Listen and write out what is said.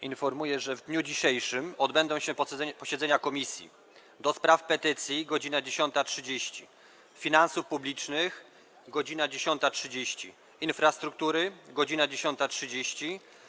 Informuję, że w dniu dzisiejszym odbędą się posiedzenia Komisji: - do Spraw Petycji - godz. 10.30, - Finansów Publicznych - godz. 10.30, - Infrastruktury - godz. 10.30,